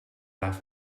laugh